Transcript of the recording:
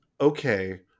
okay